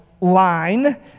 line